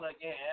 again